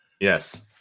Yes